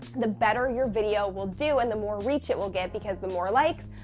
the better your video will do and the more reach it will get, because the more likes,